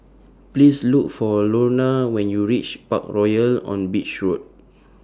Please Look For Lorna when YOU REACH Parkroyal on Beach Road